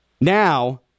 now